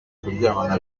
kuryamana